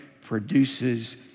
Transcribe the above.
produces